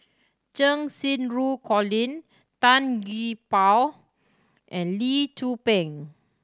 Cheng Xinru Colin Tan Gee Paw and Lee Tzu Pheng